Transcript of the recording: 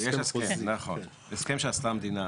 הסכם שעשתה המדינה